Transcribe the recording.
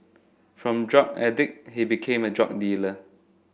from drug addict he became a drug dealer